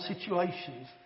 situations